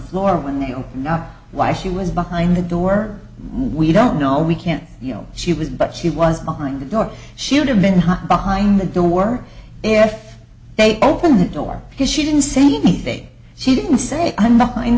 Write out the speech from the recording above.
floor when they opened up why she was behind the door we don't know we can't you know she was but she was behind the door she would have been behind the door if they opened the door because she didn't say anything she didn't say